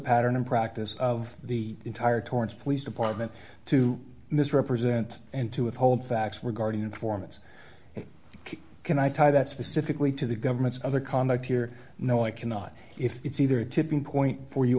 pattern and practice of the entire torrance police department to misrepresent and to withhold facts were guarding informants can i tell you that specifically to the government's other conduct here no i cannot if it's either a tipping point for you